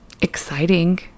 exciting